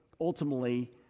ultimately